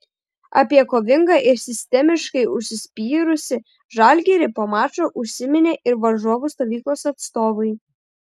apie kovingą ir sistemiškai užsispyrusį žalgirį po mačo užsiminė ir varžovų stovyklos atstovai